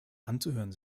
anzuhören